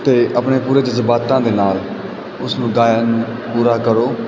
ਅਤੇ ਆਪਣੇ ਪੂਰੇ ਜਜ਼ਬਾਤਾਂ ਦੇ ਨਾਲ ਉਸ ਨੂੰ ਗਾਇਨ ਪੂਰਾ ਕਰੋ